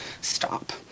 stop